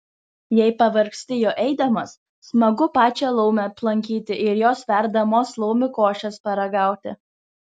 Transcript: jei pavargsti juo eidamas smagu pačią laumę aplankyti ir jos verdamos laumių košės paragauti